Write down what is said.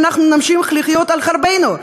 שאנחנו נמשיך לחיות על חרבנו,